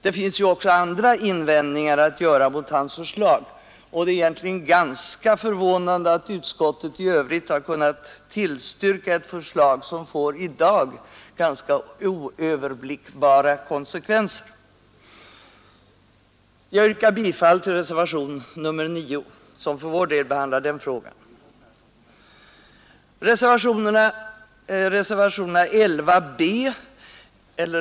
Det finns även andra invändningar att göra mot hans förslag, och det är egentligen ganska förvånande att utskottet har kunnat tillstyrka ett förslag, som i dag får ganska oöverblickbara konsekvenser. Jag yrkar bifall till reservtionen 9, där vi från moderata samlingspartiet behandlar denna sak.